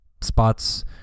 spots